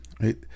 right